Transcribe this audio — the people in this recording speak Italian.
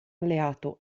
alleato